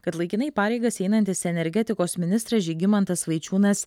kad laikinai pareigas einantis energetikos ministras žygimantas vaičiūnas